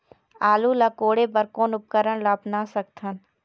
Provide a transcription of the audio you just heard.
आलू ला कोड़े बर कोन उपकरण ला अपना सकथन?